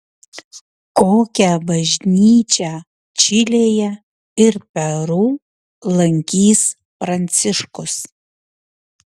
kokią bažnyčią čilėje ir peru lankys pranciškus